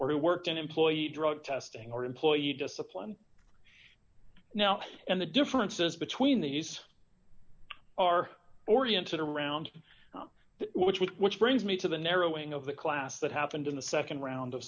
or who worked in employee drug testing or employee discipline now and the differences between these are oriented around which we which brings me to the narrowing of the class that happened in the nd round of